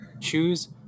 choose